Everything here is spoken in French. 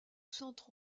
centre